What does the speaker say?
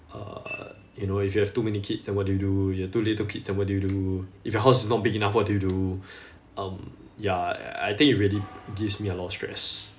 uh you know if you have too many kids then what do you do you have too little kids then what do you do if your house is not big enough what do you do um ya I I think it really gives me a lot of stress